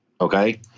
Okay